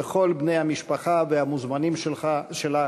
וכל בני המשפחה והמוזמנים שלה,